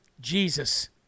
Jesus